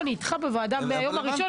בוא, אני איתך בוועדה מהיום הראשון.